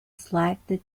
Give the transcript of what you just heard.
slag